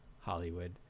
hollywood